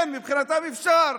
כן, מבחינתם אפשר.